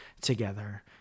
together